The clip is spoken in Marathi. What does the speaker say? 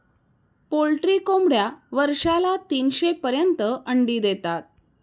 पोल्ट्री कोंबड्या वर्षाला तीनशे पर्यंत अंडी देतात